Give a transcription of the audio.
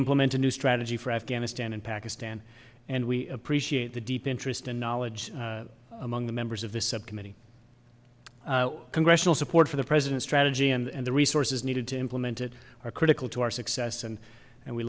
implement a new strategy for afghanistan and pakistan and we appreciate the deep interest and knowledge among the members of this subcommittee congressional support for the president's strategy and the resources needed to implement it are critical to our success and and we